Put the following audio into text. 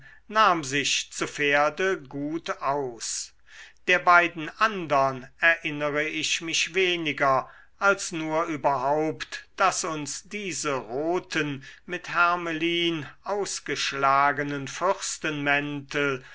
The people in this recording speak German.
nahm sich zu pferde gut aus der beiden andern erinnere ich mich weniger als nur überhaupt daß uns diese roten mit hermelin ausgeschlagenen